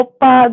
Opa